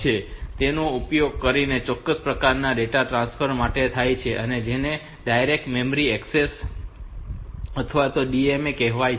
તેથી તેનો ઉપયોગ ચોક્કસ પ્રકારના ડેટા ટ્રાન્સફર માટે થાય છે જેને ડાયરેક્ટ મેમરી એક્સેસ અથવા DMA કહેવાય છે